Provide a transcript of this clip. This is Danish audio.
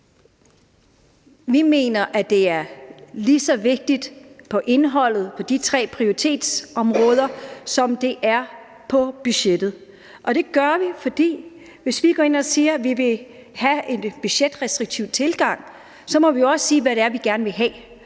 Vi mener, at det er lige så vigtigt på indholdet på de tre prioritetsområder, som det er på budgettet. Hvis vi går ind og siger, at vi vil have en budgetrestriktiv tilgang, må vi også sige, hvad det er, vi gerne vil have,